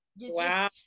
Wow